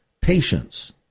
patience